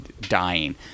dying